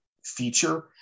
feature